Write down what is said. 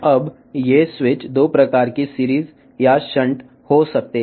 ఇప్పుడు ఈ స్విచ్లు 2 రకాలు సిరీస్ లేదా షంట్ కావచ్చు